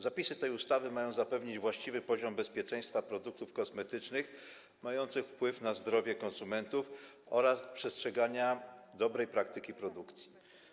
Zapisy tej ustawy mają zapewnić właściwy poziom bezpieczeństwa produktów kosmetycznych mających wpływ na zdrowie konsumentów oraz przestrzeganie dobrej praktyki produkcji.